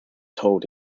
told